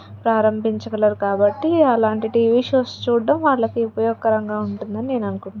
ప్రారంభించగలరు కాబట్టి అలాంటి TV shows చూడడం వాళ్ళకి ఉపయోగకరంగా ఉంటుందని నేను అనుకుంటున్నాను